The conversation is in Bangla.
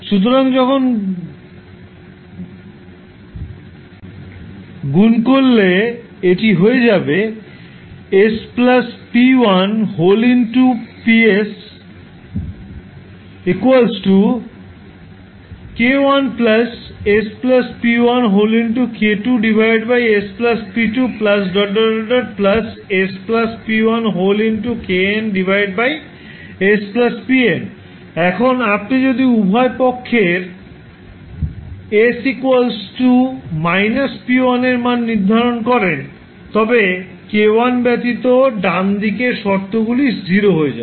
সুতরাং গুণ করলে এটি হয়ে যাবে এখন আপনি যদি উভয় পক্ষের s −p1 এর মান নির্ধারণ করেন তবে 𝑘1 ব্যতীত ডান দিকের শর্তগুলি 0 হয়ে যাবে